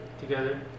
together